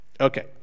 Okay